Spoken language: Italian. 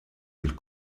del